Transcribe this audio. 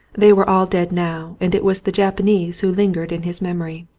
they were all dead now and it was the japanese who lingered in his memory.